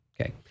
Okay